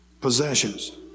possessions